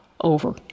over